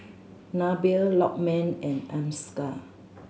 Nabil Lokman and Amsyar